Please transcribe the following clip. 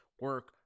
Work